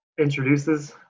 introduces